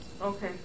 Okay